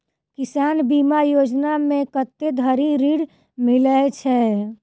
किसान बीमा योजना मे कत्ते धरि ऋण मिलय छै?